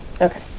Okay